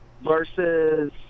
Versus